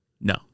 No